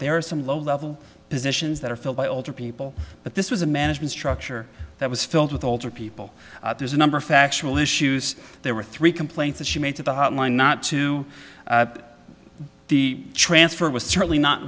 there are some low level positions that are filled by older people but this was a management structure that was filled with older people there's a number of factual issues there were three complaints that she made to the hotline not to the transfer was certainly not